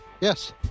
Yes